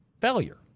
failure